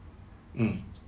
mm